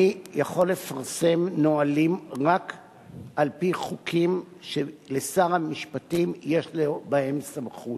אני יכול לפרסם נהלים רק על-פי חוקים שלשר המשפטים יש בהם סמכות.